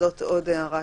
זאת עוד הערה.